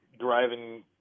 driving